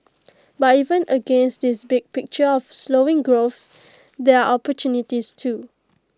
but even against this big picture of slowing growth there are opportunities too